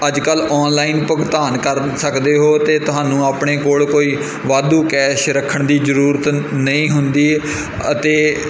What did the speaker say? ਅੱਜ ਕੱਲ੍ਹ ਔਨਲਾਈਨ ਭੁਗਤਾਨ ਕਰ ਸਕਦੇ ਹੋ ਅਤੇ ਤੁਹਾਨੂੰ ਆਪਣੇ ਕੋਲ ਕੋਈ ਵਾਧੂ ਕੈਸ਼ ਰੱਖਣ ਦੀ ਜ਼ਰੂਰਤ ਨਹੀਂ ਹੁੰਦੀ ਅਤੇ